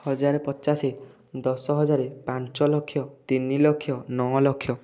ହଜାରେ ପଚାଶ ଦଶ ହଜାର ପାଞ୍ଚ ଲକ୍ଷ ତିନି ଲକ୍ଷ ନଅ ଲକ୍ଷ